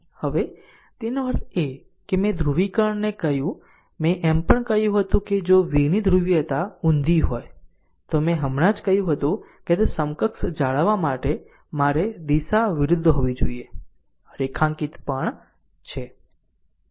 હવે તેનો અર્થ એ છે કે મેં આ ધ્રુવીકરણને કહ્યું મેં એમ પણ કહ્યું હતું કે જો v ની ધ્રુવીયતા ઉંધી હોય તો મેં હમણાં જ કહ્યું હતું તે સમકક્ષ જાળવવા મારે દિશા વિરુદ્ધ હોવી જ જોઇએ રેખાંકિત પણ છે